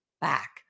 back